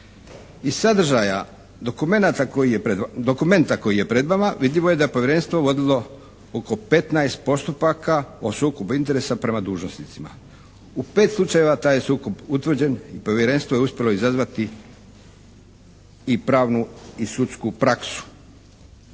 Iz sadržaja dokumenta koji je pred vama vidljivo je da je Povjerenstvo vodilo oko 15 postupaka o sukobu interesa prema dužnosnicima. U 5 slučajeva taj je sukob utvrđen i Povjerenstvo je uspjelo izazvati i pravnu i sudsku praksu